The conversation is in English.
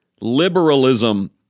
liberalism